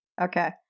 Okay